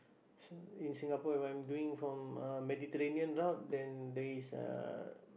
S~ in Singapore if I'm doing from uh Mediterranean route then there is a uh